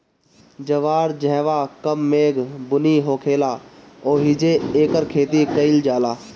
जवार जहवां कम मेघ बुनी होखेला ओहिजे एकर खेती कईल जाला